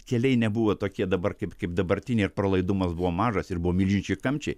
keliai nebuvo tokie dabar kaip kaip dabartinė ir pralaidumas buvo mažas ir buvo milžiniški kamščiai